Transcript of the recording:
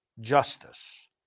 justice